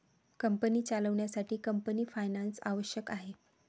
company चालवण्यासाठी company finance आवश्यक आहे